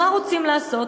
מה רוצים לעשות?